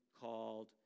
called